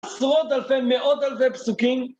עשרות אלפי, מאות אלפי פסוקים.